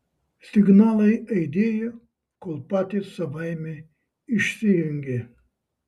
signalai aidėjo kol patys savaime išsijungė